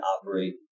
operate